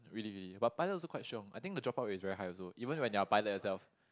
really really but pilot also quite shiong I think the drop off is very high also even when you are a pilot yourself